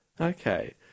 Okay